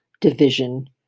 division